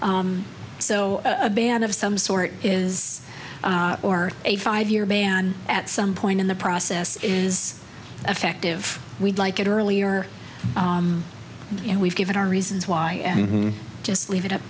so a ban of some sort is or a five year ban at some point in the process is effective we'd like it earlier and we've given our reasons why anything just leave it up